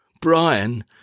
Brian